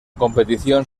competición